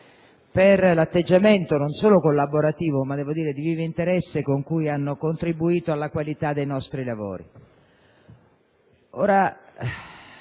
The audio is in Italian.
per l'atteggiamento non solo collaborativo, ma devo dire di vivo interesse con cui hanno contribuito alla qualità dei nostri lavori. È